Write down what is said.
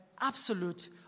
absolute